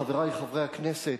חברי חברי הכנסת,